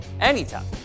anytime